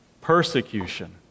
persecution